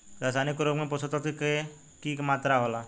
रसायनिक उर्वरक में पोषक तत्व के की मात्रा होला?